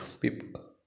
People